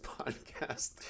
podcast